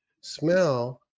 smell